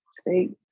state